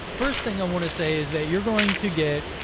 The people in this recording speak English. first thing i want to say is that you're going to get,